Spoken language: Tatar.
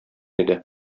иде